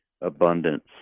abundance